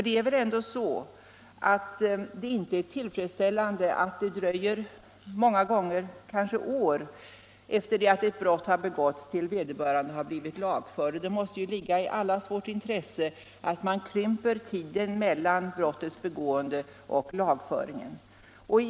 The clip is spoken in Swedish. Det är väl ändå inte tillfredsställande att det många gånger dröjer år från det att ett brott har begåtts till dess vederbörande har blivit lagförd. Det måste ligga i allas vårt intresse att man krymper tiden mellan brottets begående och 171 sendet lagföringen.